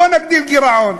בואו נגדיל גירעון.